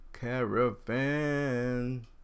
Caravan